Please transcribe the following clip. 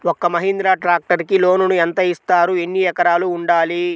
ఒక్క మహీంద్రా ట్రాక్టర్కి లోనును యెంత ఇస్తారు? ఎన్ని ఎకరాలు ఉండాలి?